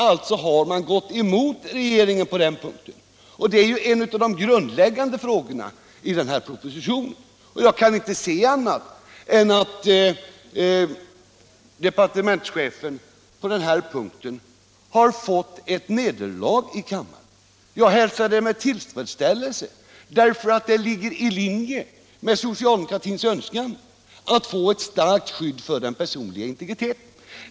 Således har man gått emot regeringen på den punkten, och det här är ändå en av de grundläggande frågorna i propositionen. Jag kan inte se annat än att departementschefen på den här punkten har lidit nederlag i utskottet Jag tycker att det är bra, därför att det överensstämmer med socialdemokratins önskan att få ett starkt skydd för den personliga integriteten.